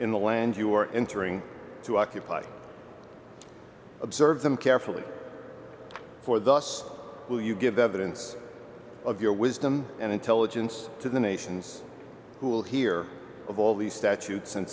in the land you are entering to occupy observe them carefully for thus will you give evidence of your wisdom and intelligence to the nations who will hear of all the statutes and